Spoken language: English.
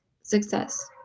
success